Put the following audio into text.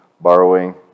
borrowing